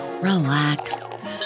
relax